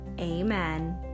Amen